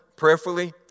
prayerfully